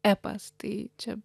epas tai čia